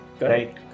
Right